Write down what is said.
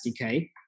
SDK